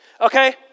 okay